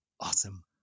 awesome